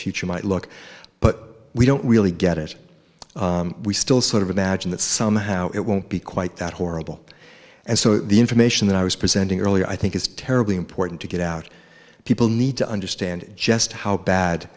future might look but we don't really get it we still sort of imagine that somehow it won't be quite that horrible and so the information that i was presenting earlier i think is terribly important to get out people need to understand just how bad